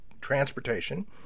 transportation